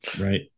Right